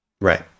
Right